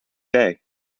day